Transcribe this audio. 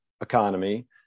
economy